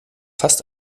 fast